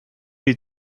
die